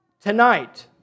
tonight